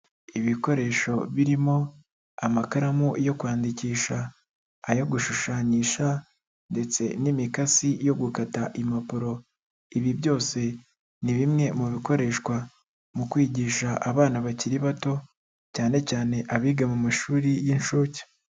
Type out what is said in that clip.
Ibikoresho birimo amakaramu yo kwandikisha, ayo gushushanyisha ndetse n'imikasi yo gukata impapuro. lbi byose ni bimwe mu bikoreshwa mu kwigisha abana bakiri bato ,cyane cyane abiga mu mashuri y'inshuke.